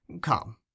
come